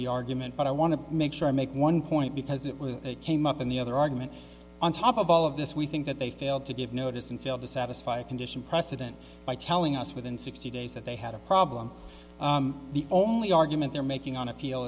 the argument but i want to make sure i make one point because it was it came up in the other argument on top of all of this we think that they failed to give notice and failed to satisfy a condition precedent by telling us within sixty days that they had a problem the only argument they're making on appeal